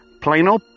Plano